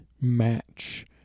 match